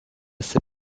ses